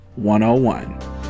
101